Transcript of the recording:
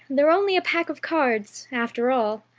they're only a pack of cards, after all.